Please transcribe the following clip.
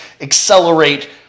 accelerate